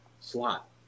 slot